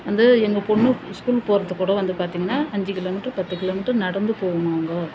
வந்து எங்கள் பொண்ணு ஸ்கூல் போவதுக்கு கூட வந்து பார்த்தீங்கன்னா அஞ்சு கிலோமீட்டரு பத்து கிலோ மீட்டரு நடந்து போகணும் நம்ம